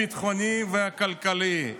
הביטחוני והכלכלי.